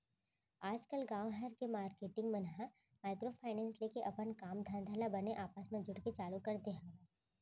आजकल गाँव घर के मारकेटिंग मन ह माइक्रो फायनेंस लेके अपन काम धंधा ल बने आपस म जुड़के चालू कर दे हवय